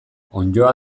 onddoa